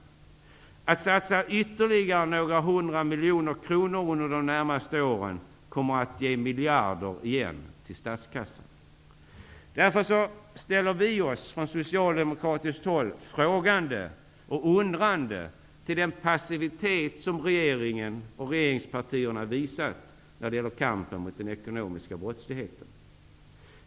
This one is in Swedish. Att satsa ytterligare några hundra miljoner kronor under de närmaste åren kommer att ge miljarder igen till statskassan. Därför ställer vi oss från socialdemokratiskt håll frågande och undrande till den passivitet som regeringen och regeringspartierna visat i kampen mot den ekonomiska brottsligheten.